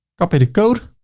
copy the code